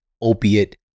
opiate